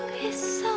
his